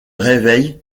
réveille